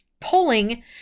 pulling